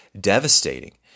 devastating